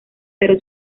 pero